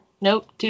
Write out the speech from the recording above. Nope